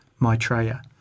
Maitreya